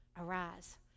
arise